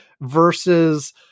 versus